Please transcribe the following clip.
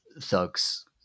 thugs